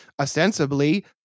ostensibly